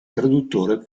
traduttore